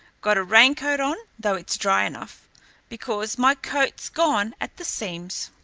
got a raincoat on though it's dry enough because my coat's gone at the seams.